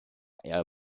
air